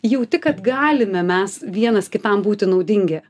jauti kad galime mes vienas kitam būti naudingi